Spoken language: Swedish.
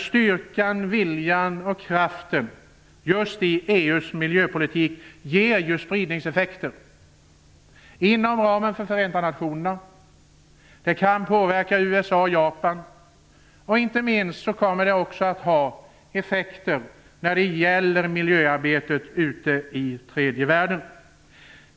Styrkan, viljan och kraften i EU:s miljöpolitik ger spridningseffekter inom ramen för Förenta nationerna. Det kan påverka USA och Japan. Inte minst kommer det att ha effekter när det gäller miljöarbetet i tredje världen.